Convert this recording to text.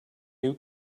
new